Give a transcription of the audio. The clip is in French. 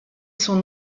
son